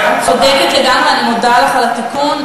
את צודקת לגמרי, אני מודה לך על התיקון.